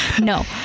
No